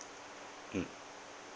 mm